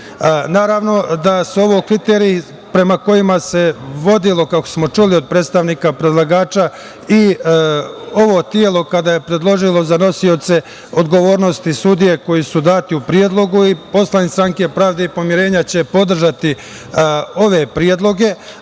smislu. Naravno da su ovo kriteriji prema kojima se vodilo, kako smo čuli od predstavnika predlagača, i ovo telo kada je predložilo za nosioce odgovornosti sudije koji su dati u predlogu u poslanici Stranke pravde i pomirenja će podržati ove predloge.Međutim,